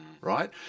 right